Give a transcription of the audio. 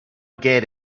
get